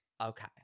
Okay